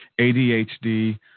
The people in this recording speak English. adhd